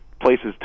places